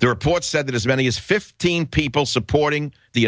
the report said that as many as fifteen people supporting the